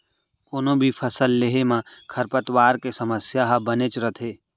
कोनों भी फसल लेहे म खरपतवार के समस्या ह बनेच रथे